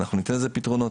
אנחנו ניתן לזה פתרונות.